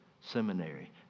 seminary